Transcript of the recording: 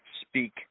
speak